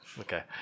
Okay